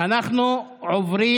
אנחנו עוברים